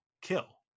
kill